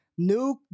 Nuke